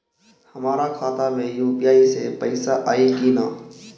हमारा खाता मे यू.पी.आई से पईसा आई कि ना?